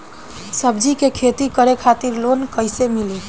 सब्जी के खेती करे खातिर लोन कइसे मिली?